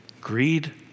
Greed